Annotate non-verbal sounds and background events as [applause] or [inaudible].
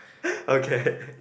[laughs] okay